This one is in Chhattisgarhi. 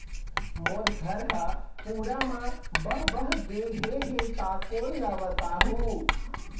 मोर घर हा पूरा मा बह बह गे हे हे ता कोन ला बताहुं?